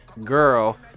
girl